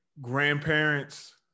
grandparents